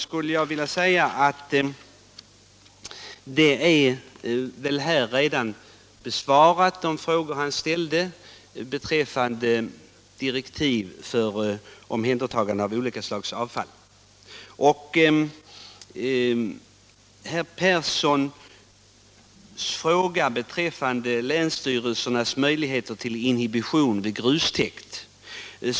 Herr Persson i Heden frågade om länsstyrelsernas möjligheter till inhibition vid grustäkt.